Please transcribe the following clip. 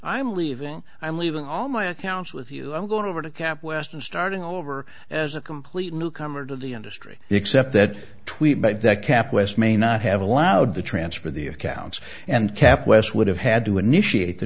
i'm leaving i'm leaving all my accounts with you i'm going over to cap west and starting over as a complete newcomer to the industry except that tweet back that kept west may not have allowed the transfer the accounts and kept west would have had to initiate the